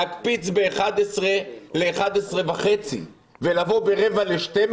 להקפיץ ב-11 ל-11 וחצי ולבוא ברבע ל-12,